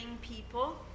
people